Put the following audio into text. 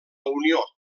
unió